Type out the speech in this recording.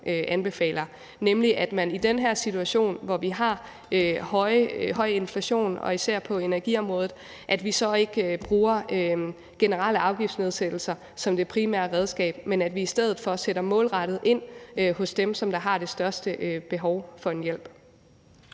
anbefaler, nemlig at man i den her situation, hvor vi har høj inflation, især på energiområdet, så ikke bruger generelle afgiftsnedsættelser som det primære redskab, men at vi i stedet for sætter målrettet ind hos dem, som har det største behov for en hjælp.